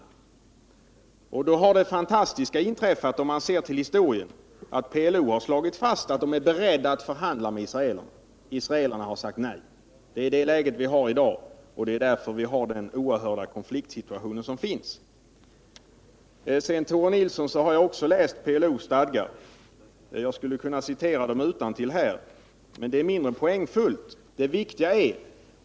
Ser man på historien har det fantastiska inträffat att PLO har slagit fast att PLO är berett att förhandla med israelerna, men dessa har sagt nej. Det är läget i dag och det är därför vi har denna oerhörda konfliktsituation. Även jag har, Tore Nilsson, läst PLO:s stadgar och jag skulle kunna citera dem utantill, men det är inte så stor poäng i detta.